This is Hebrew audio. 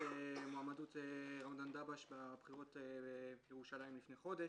המועמדות של רמדאן דבש בבחירות בירושלים לפני חודש.